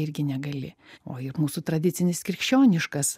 minėta o ir mūsų tradicinis krikščioniškas